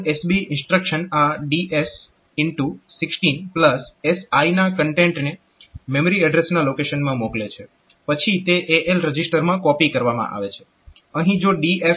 LODSB instruction આ x16 ના કન્ટેન્ટને મેમરી એડ્રેસના લોકેશનમાં મોકલે છે પછી તે AL રજીસ્ટરમાં કોપી કરવામાં આવે છે